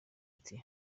ati